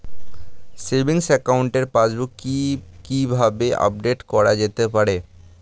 Savings একাউন্টের passbook কি কিভাবে আপডেট করা যেতে পারে?